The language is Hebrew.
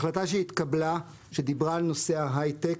החלטה שהתקבלה שדיברה על נושא ההייטק,